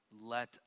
let